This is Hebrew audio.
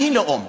אני לאום.